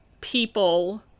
people